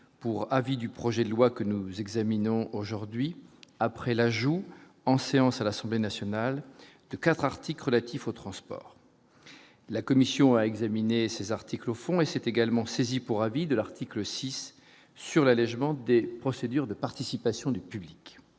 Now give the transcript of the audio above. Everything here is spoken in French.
pour avis du projet de loi que nous examinons aujourd'hui après l'ajout en séance à l'Assemblée nationale de 4 articles relatifs au transport, la commission a examiné ces articles au fond et c'est également saisi pour avis de l'article 6 sur l'allégement des procédures de participation du public,